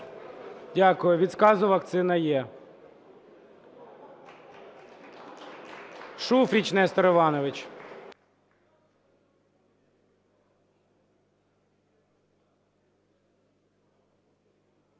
Дякую. Від сказу вакцина є. Шуфрич Нестор Іванович.